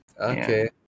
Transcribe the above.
Okay